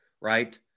Right